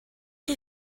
chi